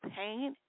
pain